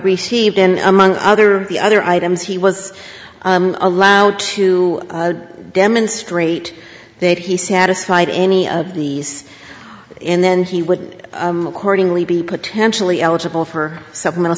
received and among other the other items he was allowed to demonstrate that he satisfied any of these and then he would accordingly be potentially eligible for supplemental